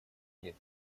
нет